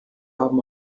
haben